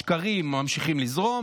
השקרים ממשיכים לזרום.